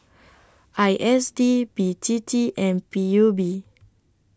I S D B T T and P U B